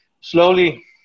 slowly